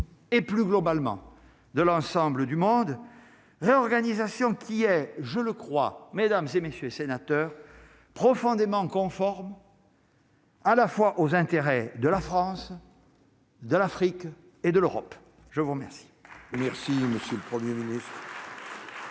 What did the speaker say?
et plus globalement de l'ensemble du monde réorganisation qui est, je le crois mesdames et messieurs les sénateurs, profondément conforme. à la fois aux intérêts de la France. De l'Afrique et de l'Europe, je vous remercie. Merci monsieur le 1er miné. Dans